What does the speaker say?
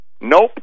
Nope